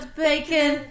bacon